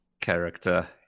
character